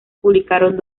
publicaron